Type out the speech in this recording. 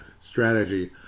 strategy